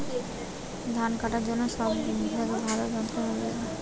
ধান কাটার জন্য সব থেকে ভালো যন্ত্রের নাম কি এবং কোথায় পাওয়া যাবে?